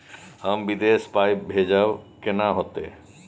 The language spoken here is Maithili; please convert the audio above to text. हम विदेश पाय भेजब कैना होते?